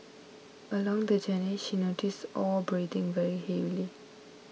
along the journey she noticed Al breathing very heavily